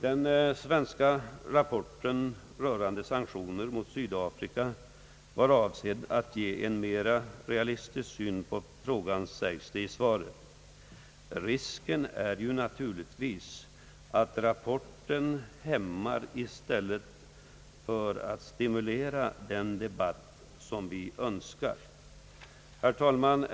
Den svenska rapporten rörande sanktioner mot Sydafrika var avsedd att ge en mera realistisk syn på frågan, sägs det i svaret. Risken är naturligtvis att rapporten hämmar i stället för att stimulera den debatt som vi önskar. Herr talman!